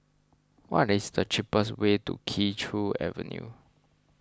what is the cheapest way to Kee Choe Avenue